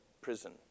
prison